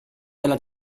della